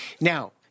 Now